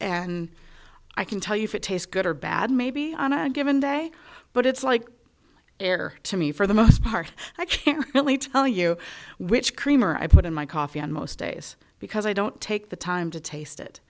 and i can tell you taste good or bad maybe on a given day but it's like air to me for the most part i can't really tell you which creamer i put in my coffee on most days because i don't take the time to taste it